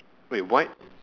wait what